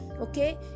okay